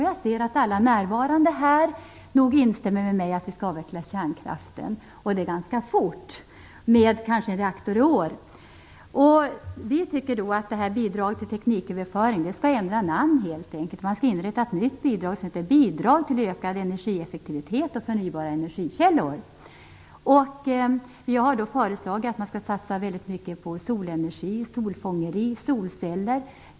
Jag ser att alla närvarande nog instämmer i att vi skall avveckla kärnkraften, och det ganska fort! Kanske skall vi stänga en reaktor redan i år. Vi tycker att bidraget till tekniköverföring skall ändra namn. Man skall inrätta ett nytt bidrag som skall heta Bidrag till ökad energieffektivitet och förnybara energikällor. Vi har föreslagit att man skall satsa mycket på solenergi, solfångare och solceller.